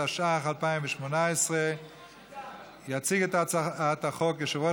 התשע"ח 2018. יציג את הצעת החוק יושב-ראש